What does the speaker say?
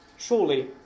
Surely